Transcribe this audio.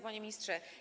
Panie Ministrze!